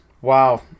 Wow